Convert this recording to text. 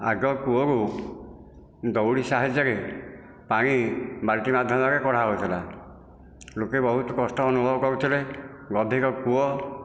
ଆଗ କୂଅରୁ ଦଉଡ଼ି ସାହାଯ୍ୟରେ ପାଣି ବାଲ୍ଟି ମାଧ୍ୟମରେ କଢ଼ା ହେଉଥିଲା ଲୋକେ ବହୁତ କଷ୍ଟ ଅନୁଭବ କରୁଥିଲେ ଅଧିକ କୂଅ